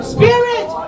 Spirit